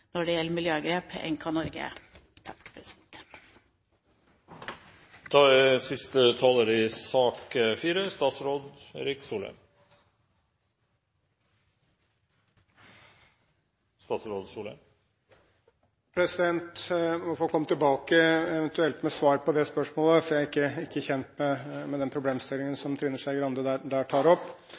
når det gjelder miljøgrep, enn det Norge er. Jeg må eventuelt få komme tilbake med svar på spørsmålet, for jeg er ikke kjent med den problemstillingen som Trine Skei Grande tar opp.